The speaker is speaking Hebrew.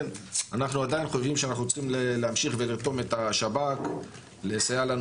אנחנו עדיין חושבים שאנחנו צריכים להמשיך ולרתום את השב"כ לסייע לנו